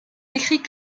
décrit